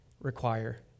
require